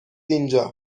اینجا